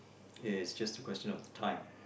is just question of the time